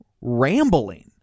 rambling